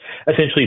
essentially